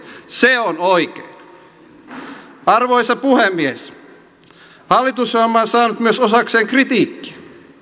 se on oikein arvoisa puhemies hallitusohjelma on saanut osakseen myös kritiikkiä